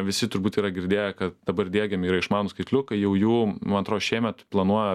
visi turbūt yra girdėję kad dabar diegiami yra išmanūs skaitliukai jau jų man atrodo šiemet planuoja